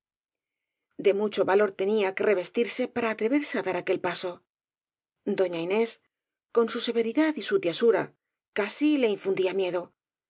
de mucho valor tenía que revestirse para atre verse á dar aquel paso doña inés con su severi dad y su tiesura casi le infundía miedo